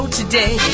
today